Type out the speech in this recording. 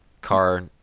car